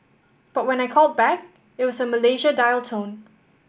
but when I called back it was a Malaysia dial tone